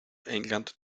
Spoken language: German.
england